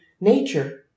nature